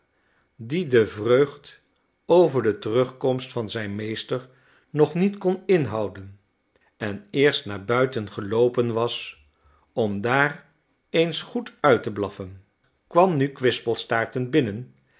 die de vreugd over de terugkomst van zijn meester nog niet kon inhouden en eerst naar buiten geloopen was om daar eens goed uit te blaffen kwam nu kwispelstaartend binnen